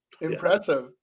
impressive